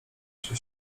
się